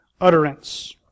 utterance